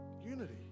Unity